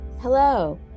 Hello